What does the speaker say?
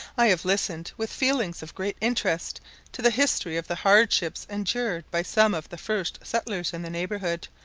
i have listened with feelings of great interest to the history of the hardships endured by some of the first settlers in the neighbourhood,